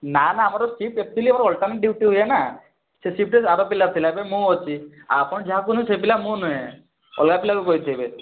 ନା ନା ଆମର ସିଫ୍ଟ ଆକ୍ଚୁଲି ଆମର ଅଲ୍ଟରନେଟ୍ ଡ୍ୟୁଟି ହୁଏ ନା ସେ ସିଫ୍ଟରେ ଆର ପିଲା ଥିଲା ଏବେ ମୁଁ ଅଛି ଆପଣ ଯାହାକୁ କହୁଛନ୍ତି ସେ ପିଲା ମୁଁ ନୁହେଁ ଅଲଗା ପିଲାକୁ କହିଥିବେ